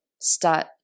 start